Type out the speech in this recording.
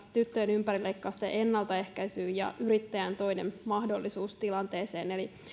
tyttöjen ympärileikkausten ennaltaehkäisyyn ja yrittäjän toinen mahdollisuus tilanteeseen